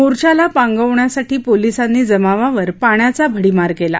मोर्चाला पांगवण्यासाठी पोलिसांनी जमावावर पाण्याचा भडिमार केला